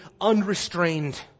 unrestrained